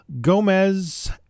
Gomez